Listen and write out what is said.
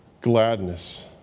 gladness